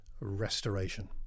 restoration